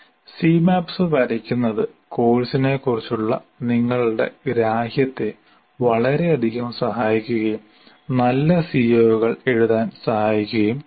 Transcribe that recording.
Cmaps വരയ്ക്കുന്നത് കോഴ്സിനെക്കുറിച്ചുള്ള നിങ്ങളുടെ ഗ്രാഹ്യത്തെ വളരെയധികം സഹായിക്കുകയും നല്ല CO കൾ എഴുതാൻ സഹായിക്കുകയും ചെയ്യും